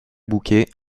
bouquet